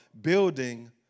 building